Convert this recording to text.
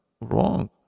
wrong